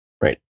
Right